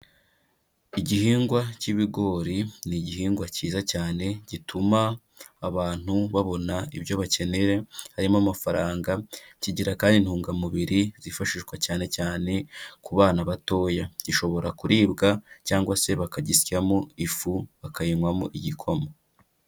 Igihingwa cy'ibigori, ni igihingwa cyiza cyane, gituma abantu babona ibyo bakeneyera harimo amafaranga, kigira kandi intungamubiri zifashishwa cyane cyane ku bana batoya. Gishobora kuribwa cyangwa se bakagisyamo ifu, bakayinywamo igikoma.